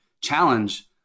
challenge